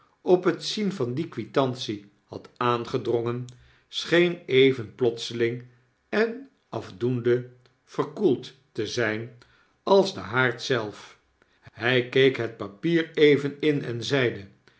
op het zien van die quitantie had aangedrongen scheen even plotseling en afdoende verkoeld te zgn als de haard zelf hg keek het papier even in en zeide